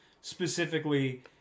Specifically